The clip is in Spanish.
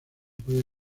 puede